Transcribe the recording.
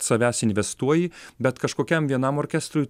savęs investuoji bet kažkokiam vienam orkestrui